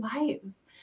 lives